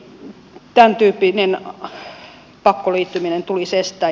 eli tämäntyyppinen pakkoliittyminen tulisi estää